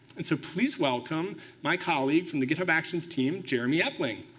and so please welcome my colleague from the github actions team, jeremy epling.